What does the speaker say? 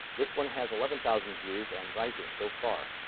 this one has eleven thousand views and rising so far.